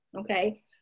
Okay